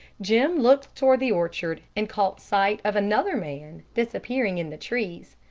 jim looked toward the orchard, and caught sight of another man disappearing in the trees.